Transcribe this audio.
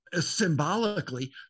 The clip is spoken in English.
symbolically